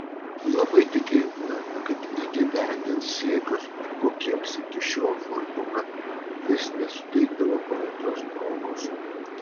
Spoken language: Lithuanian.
labai tikėtina kad įgyvendins siekius kokiems iki šiol fortūna vis nesuteikdavo palankios progos